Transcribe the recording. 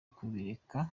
kubireka